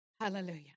Hallelujah